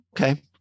okay